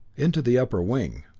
into the upper wing.